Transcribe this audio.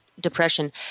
depression